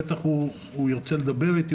בטח הוא ירצה לדבר איתי,